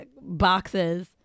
boxes